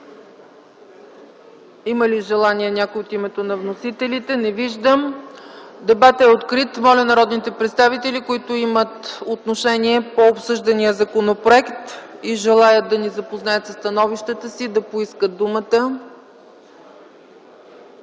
вносителя някой има ли желание? Не виждам. Дебатът е открит. Моля народните представители, които имат отношение по обсъждания законопроект и желаят да ни запознаят със становищата си, да поискат думата.